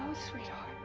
sweetheart.